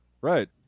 Right